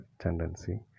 tendency